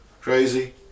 Crazy